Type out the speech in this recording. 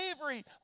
slavery